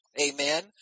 Amen